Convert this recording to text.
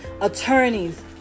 attorneys